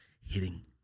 hitting